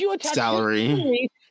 Salary